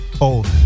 Old